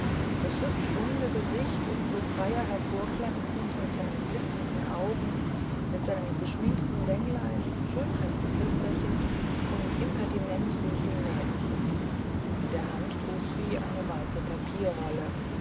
das hübsch runde gesicht um so freier hervorglänzend mit seinen blitzenden augen mit seinen geschminkten wänglein schönpflästerchen und impertinent süßem näschen in der hand trug sie eine weiße papierrolle